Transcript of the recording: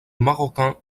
marocain